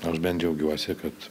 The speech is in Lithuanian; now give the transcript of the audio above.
nors bent džiaugiuosi kad